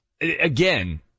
again